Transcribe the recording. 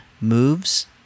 moves